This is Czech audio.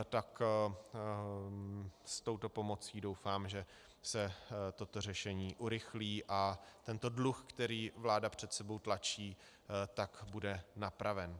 Tak s touto pomocí doufám, že se toto řešení urychlí a tento dluh, který vláda před sebou tlačí, bude napraven.